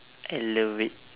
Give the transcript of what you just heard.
I love it